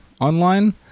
online